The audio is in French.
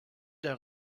d’un